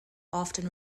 often